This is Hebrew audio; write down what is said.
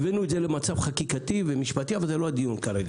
הבאנו את זה למצב חקיקתי ומשפטי אבל זה לא הדיון כרגע.